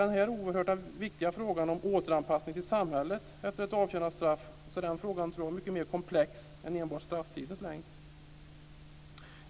Den oerhört viktiga frågan om återanpassning till samhället efter ett avtjänat straff är mycket mer komplex än enbart frågan om strafftidens längd.